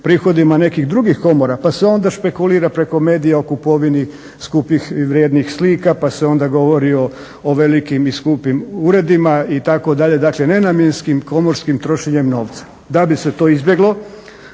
prihodima nekih drugih komora pa se onda špekulira preko medija o kupovini skupih i vrijednih slika, pa se onda govori o velikim i skupim uredima itd., dakle nenamjenskih komorskim trošenjem novca. Da bi se izbjeglo,